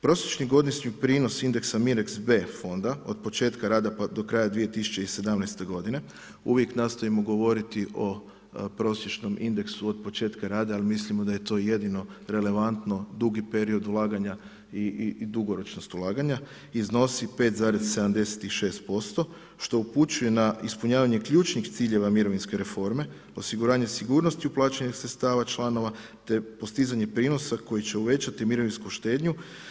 Prosječni godišnji prinos indeksa MIREX B fonda od početka rada pa do kraja 2017. godine, uvijek nastojimo govoriti o prosječnom indeksu od početka rada jer mislimo da je to jedino relevantno, dugi period ulaganja i dugoročnost ulaganja iznosi 5,76% što upućuje na ispunjavanje ključnih ciljeva mirovinske reforme, osiguranje sigurnosti uplaćenih sredstava članova te postizanje prinosa koji će uvećati mirovinsku štednju.